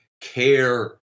care